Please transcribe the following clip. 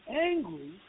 angry